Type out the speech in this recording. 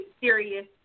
serious